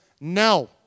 no